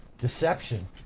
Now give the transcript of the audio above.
deception